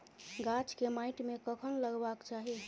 गाछ केँ माइट मे कखन लगबाक चाहि?